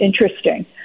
interesting